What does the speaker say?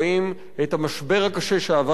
אנחנו רואים את המשבר הקשה שעבר "מעריב",